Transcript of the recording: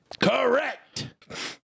Correct